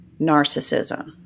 narcissism